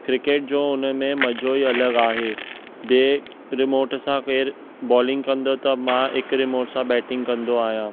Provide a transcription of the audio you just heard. cricket जो हुन में मज़ो ई अलॻि आहे ॿिए रिमोट सां केरु बॉलिंग कंदो त मां हिकु रिमोट सां बैटिंग कंदो आहियां